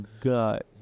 God